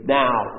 now